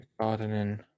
Gardening